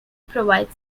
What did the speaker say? provides